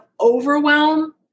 overwhelm